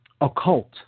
occult